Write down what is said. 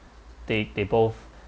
they they both